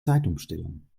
zeitumstellung